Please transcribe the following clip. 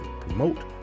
promote